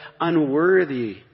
unworthy